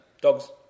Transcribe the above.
Dogs